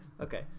Okay